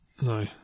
No